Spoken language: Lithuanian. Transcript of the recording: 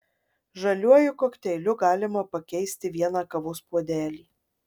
žaliuoju kokteiliu galima pakeisti vieną kavos puodelį